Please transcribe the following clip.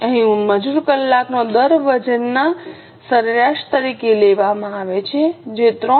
અહીં મજૂર કલાકનો દર વજનના સરેરાશ તરીકે લેવામાં આવે છે જે છે 3